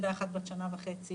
אז אחרי זה תעשו